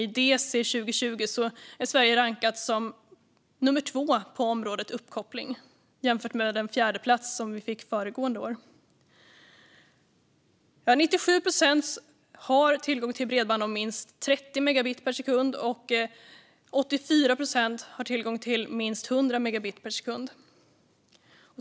I DESI 2020 är Sverige rankat som nummer två på området uppkoppling, jämfört med den fjärdeplats vi fick föregående år. 97 procent har tillgång till bredband om minst 30 megabit per sekund, och 84 procent har tillgång till minst 100 megabit per sekund.